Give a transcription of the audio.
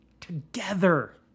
Together